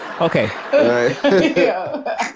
Okay